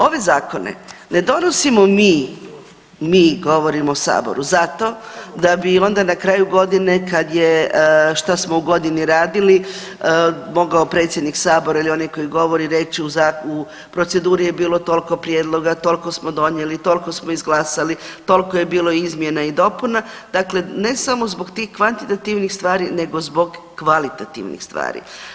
Ove zakone ne donosimo mi, mi govorim o saboru, zato da bi onda na kraju godine kad je što smo u godini radili mogao predsjednik sabora ili onaj koji govori reći u proceduri je bilo toliko prijedloga, toliko smo donijeli, toliko smo izglasali, toliko je bilo izmjena i dopuna, dakle ne samo zbog tih kvantitativnih stvari nego zbog kvalitativnih stvari.